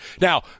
Now